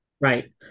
Right